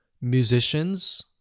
musicians